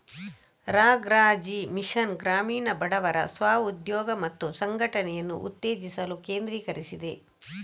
ರಾ.ಗ್ರಾ.ಜೀ mission ಗ್ರಾಮೀಣ ಬಡವರ ಸ್ವ ಉದ್ಯೋಗ ಮತ್ತು ಸಂಘಟನೆಯನ್ನು ಉತ್ತೇಜಿಸಲು ಕೇಂದ್ರೀಕರಿಸಿದೆ